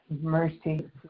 mercy